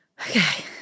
Okay